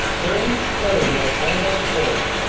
bands play la brabanconne,